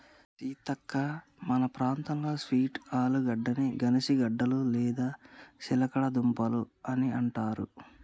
సీతక్క మన ప్రాంతంలో స్వీట్ ఆలుగడ్డని గనిసగడ్డలు లేదా చిలగడ దుంపలు అని అంటారు